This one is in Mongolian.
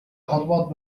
холбоо